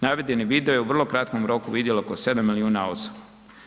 Navedeni video je u vrlo kratkom roku vidjelo oko 7 milijuna osoba.